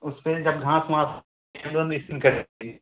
उसपे जब घास वास इस्पिन कर सकती है